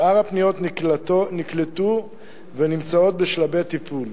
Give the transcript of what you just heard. שאר הפניות נקלטו ונמצאות בשלבי טיפול.